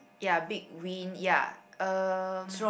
ya big wind ya um